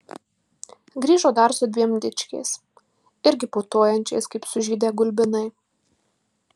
grįžo dar su dviem dičkiais irgi putojančiais kaip sužydę gulbinai